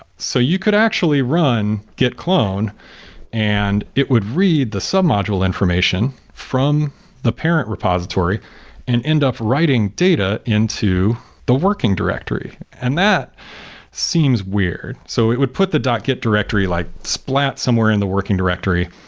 so you could actually run git clone and it would read the sub-module information from the parent repository and end up writing data into the working directory. and that seems weird. so it would put the dot git directory, like splat somewhere in the working directory,